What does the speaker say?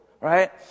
Right